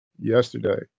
yesterday